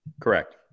correct